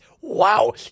wow